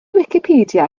wicipedia